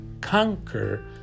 conquer